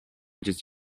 just